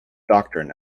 doctrine